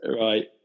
Right